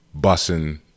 bussing